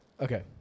Okay